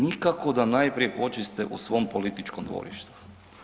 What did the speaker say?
Nikako da najprije počiste u svom političkom dvorištu.